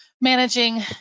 managing